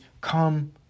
come